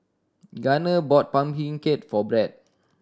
Gunner bought pumpkin cake for Bret